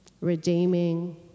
redeeming